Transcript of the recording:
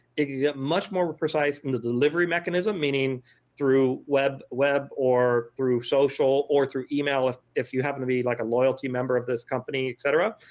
you can get much more precise on and the delivery mechanism, meaning through web web or through social, or through email if if you happen to be like a loyalty member of this company etc.